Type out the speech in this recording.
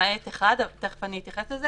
למעט אחד, שאני תכף אתייחס אליו.